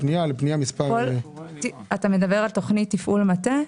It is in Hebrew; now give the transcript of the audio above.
אתה מדבר על תוכנית תפעול מטה?